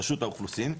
רשות האוכלוסין,